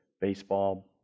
baseball